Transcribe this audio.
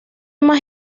más